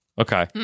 Okay